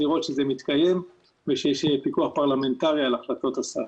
צריך לראות שזה מתקיים ושיש פיקוח פרלמנטרי על החלטות השר.